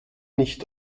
nicht